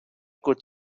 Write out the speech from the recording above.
could